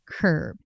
curb